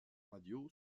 radio